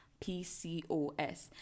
pcos